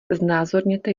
znázorněte